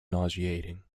nauseating